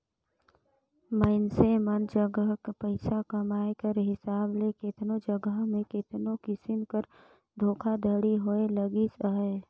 मइनसे मन जग पइसा कमाए कर हिसाब ले केतनो जगहा में केतनो किसिम कर धोखाघड़ी होए लगिस अहे